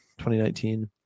2019